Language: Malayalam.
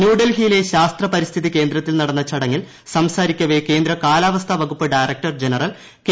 ന്യൂഡൽഹിയിലെ ശാസ്ത്ര പരിസ്ഥിതി കേന്ദ്രത്തിൽ നടന്ന ചടങ്ങിൽ സംസാരിക്കവെ കേന്ദ്ര കാലാവസ്ഥാ വകുപ്പ് ഡയറക്ടർ ജനറൽ കെ